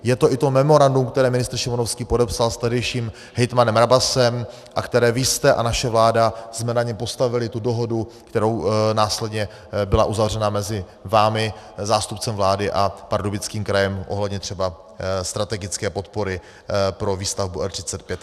Je to i to memorandum, které ministr Šimonovský podepsal s tehdejším hejtmanem Rabasem a které vy jste a naše vláda jsme na něm postavili dohodu, která následně byla uzavřena mezi vámi, zástupcem vlády a Pardubickým krajem ohledně strategické podpory pro výstavbu R35.